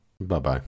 Bye-bye